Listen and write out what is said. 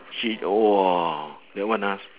ce~ !wah! that one ah